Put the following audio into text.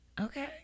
Okay